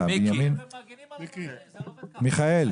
מיכאל,